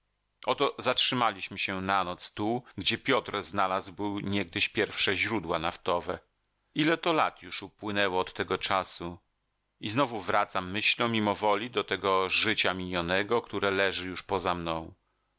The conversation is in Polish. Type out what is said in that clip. oto zatrzymaliśmy się na noc tu gdzie piotr znalazł był niegdyś pierwsze źródła naftowe ile to lat już upłynęło od tego czasu i znowu wracam myślą mimowoli do tego życia minionego które leży już poza mną